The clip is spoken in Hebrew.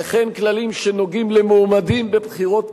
וכן כללים שנוגעים למועמדים בבחירות פנימיות,